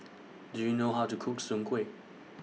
Do YOU know How to Cook Soon Kuih